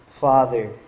Father